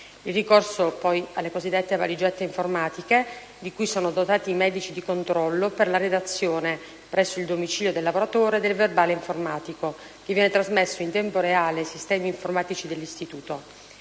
ricorso alle cosiddette valigette informatiche, di cui sono dotati i medici di controllo, per la redazione - presso il domicilio del lavoratore - del verbale informatico, che viene trasmesso in tempo reale ai sistemi informatici dell'istituto.